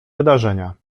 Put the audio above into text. wydarzenia